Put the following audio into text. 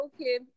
okay